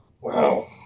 Wow